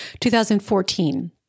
2014